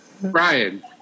Brian